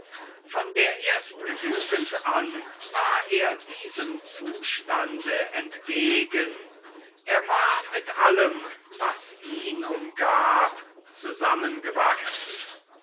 von der ersten jugend an war er diesem zustande entgegen er war mit allem was ihn umgab zusammengewachsen